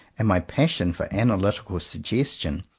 and my pas sion for analytical suggestion,